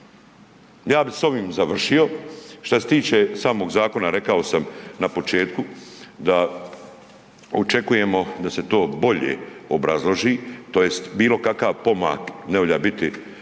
Ja bi s ovim završio. Šta se tiče samog zakona, rekao sam na početku da očekujemo da se to bolje obrazloži tj. bilo kakav pomak, ne valja biti